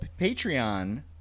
Patreon